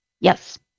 Yes